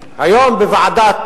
היום בוועדת